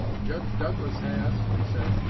judge douglas has he said,